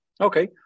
Okay